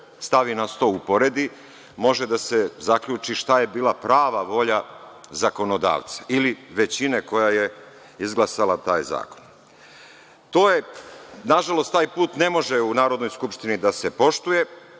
stavi na sto i uporedi, može da se zaključi šta je bila prava volja zakonodavca ili većine koja je izglasala taj zakon. Na žalost, taj put ne može u Narodnoj skupštini da se poštuje,